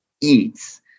eats